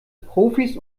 profis